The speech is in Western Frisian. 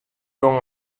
gong